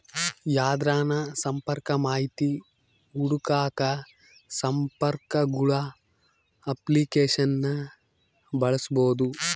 ಯಾರ್ದನ ಸಂಪರ್ಕ ಮಾಹಿತಿ ಹುಡುಕಾಕ ಸಂಪರ್ಕಗುಳ ಅಪ್ಲಿಕೇಶನ್ನ ಬಳಸ್ಬೋದು